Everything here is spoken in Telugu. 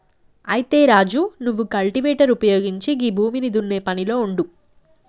అయితే రాజు నువ్వు కల్టివేటర్ ఉపయోగించి గీ భూమిని దున్నే పనిలో ఉండు